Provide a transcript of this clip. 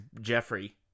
Jeffrey